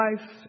life